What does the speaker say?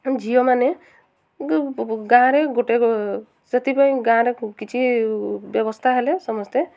ଝିଅମାନେ ଗାଁ'ରେ ଗୋଟେ ସେଥିପାଇଁ ଗାଁ'ରେ କିଛି ବ୍ୟବସ୍ଥା ହେଲେ ସମସ୍ତେ